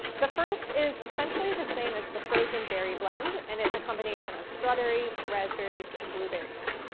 the first is essentially the same as the frozen berry blend and it's a combination of strawberries, raspberries and blueberries.